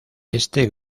este